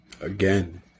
Again